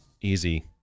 Easy